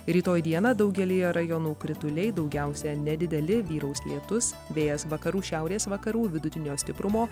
rytoj dieną daugelyje rajonų krituliai daugiausia nedideli vyraus lietus vėjas vakarų šiaurės vakarų vidutinio stiprumo